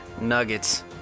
nuggets